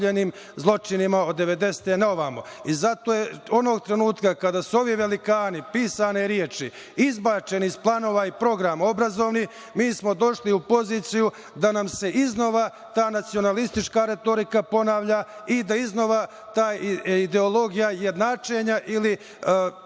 ovamo. Onog trenutka kada su ovi velikani, pisane reči izbačeni iz planova i programa obrazovnih, mi smo došli u poziciju da nam se iznova ta nacionalistička retorika ponavlja i da iznova ta ideologija jednačenja ili